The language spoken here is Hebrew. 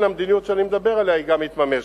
המדיניות שאני מדבר עליה גם מתממשת.